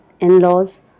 in-laws